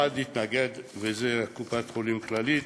אחד התנגד, וזה קופת-חולים כללית.